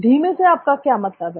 धीमे से आपका क्या मतलब है